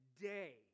day